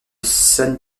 sun